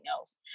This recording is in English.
else